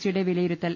സിയുടെ വിലയിരുത്തൽ